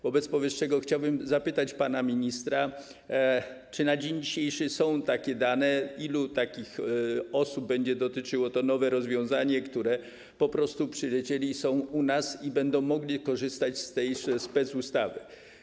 Wobec powyższego chciałbym zapytać pana ministra, czy na dzień dzisiejszy są takie dane, ile takich osób będzie dotyczyło to nowe rozwiązanie, osób, które przyleciały i są u nas, i będą mogły korzystać z tej specustawy.